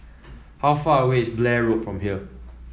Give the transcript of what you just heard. how far away is Blair Road from here